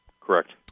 Correct